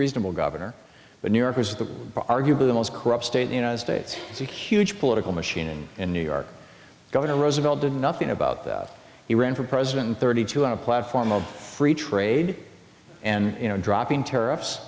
reasonable governor but new yorkers the arguably the most corrupt state the united states is a huge political machine in new york governor roosevelt did nothing about that he ran for president in thirty two on a platform of free trade and you know dropping tariffs